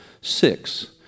six